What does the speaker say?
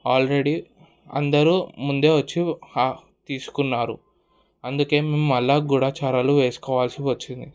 already అందరూ ముందే వొచ్చి తీసుకున్నారు అందుకే మేము మళ్ళీ గూడాచారాలు వేసుకోవాల్సి వచ్చింది